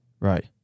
Right